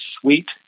sweet